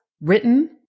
written